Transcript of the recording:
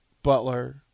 Butler